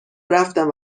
رفتم